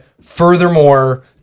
furthermore